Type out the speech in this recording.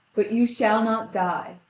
but you shall not die,